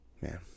man